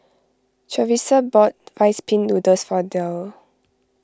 Charissa bought Rice Pin Noodles for Derl